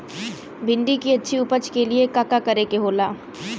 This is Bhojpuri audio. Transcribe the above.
भिंडी की अच्छी उपज के लिए का का करे के होला?